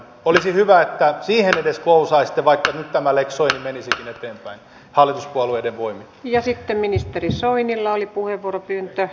olisi hyvä että siihen edes suostuisitte vaikka nyt tämä lex soini menisikin eteenpäin hallituspuolueiden voimin ja sitten ministeri soinilla oli puheenvuoropyyntö